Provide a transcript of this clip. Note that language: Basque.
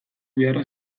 beharra